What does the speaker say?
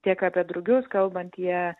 tiek apie drugius kalbant jie